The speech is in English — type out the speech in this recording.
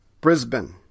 Brisbane